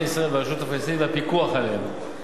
ישראל והרשות הפלסטינית והפיקוח עליהם.